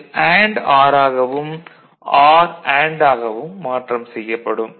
அதில் and or ஆகவும் or and ஆகவும் மாற்றம் செய்யப்படும்